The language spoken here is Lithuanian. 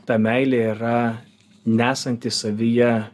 ta meilė yra nesanti savyje